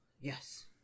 Yes